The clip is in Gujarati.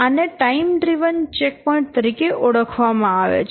આને ટાઈમ ડ્રીવન ચેકપોઇન્ટ તરીકે ઓળખવામાં આવે છે